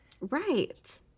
Right